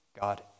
God